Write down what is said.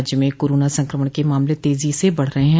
राज्य में कोरोना संक्रमण के मामले तेजी से बढ़ रहे हैं